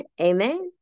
amen